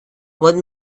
what